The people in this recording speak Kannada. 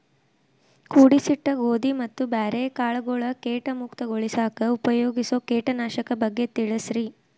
ಕೂಡಿಸಿಟ್ಟ ಗೋಧಿ ಮತ್ತ ಬ್ಯಾರೆ ಕಾಳಗೊಳ್ ಕೇಟ ಮುಕ್ತಗೋಳಿಸಾಕ್ ಉಪಯೋಗಿಸೋ ಕೇಟನಾಶಕದ ಬಗ್ಗೆ ತಿಳಸ್ರಿ